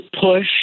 push